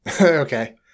Okay